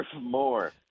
more